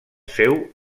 seu